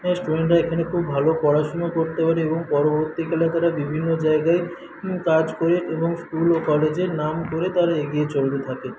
স্টুডেন্টরা এখানে খুব ভালো পড়াশোনা করতে পারে এবং পরবর্তীকালে তারা বিভিন্ন জায়গায় কাজ করে এবং স্কুল কলেজের নাম করে তারা এগিয়ে চলতে থাকে